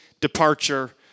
departure